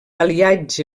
aliatge